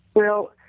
well,